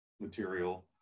material